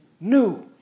new